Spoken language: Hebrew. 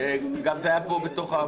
זה גם עלה פה בוועדה.